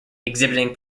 exhibiting